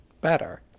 better